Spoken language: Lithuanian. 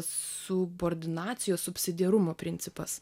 subordinacijos subsidiarumo principas